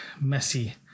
messy